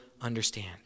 understand